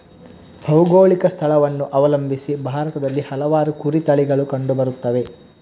ಭೌಗೋಳಿಕ ಸ್ಥಳವನ್ನು ಅವಲಂಬಿಸಿ ಭಾರತದಲ್ಲಿ ಹಲವಾರು ಕುರಿ ತಳಿಗಳು ಕಂಡು ಬರುತ್ತವೆ